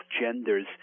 genders